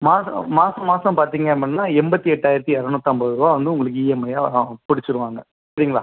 மாதோ மாதம் மாதம் பார்த்தீங்க அப்படினா எண்பத்தி எட்டாயிரத்தி இருநூத்தம்பது ரூபா வந்து உங்களுக்கு இஎம்ஐயாக பிடிச்சிருவாங்க சரிங்களா